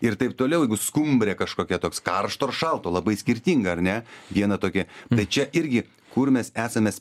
ir taip toliau jeigu skumbrė kažkokia toks karšto ar šalto labai skirtinga ar ne viena tokia bet čia irgi kur mes esam mes